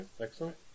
excellent